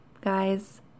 guys